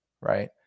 right